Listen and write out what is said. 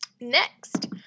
Next